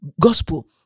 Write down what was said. gospel